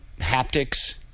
haptics